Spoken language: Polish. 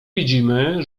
widzimy